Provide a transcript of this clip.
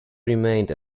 remained